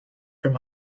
from